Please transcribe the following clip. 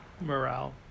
Morale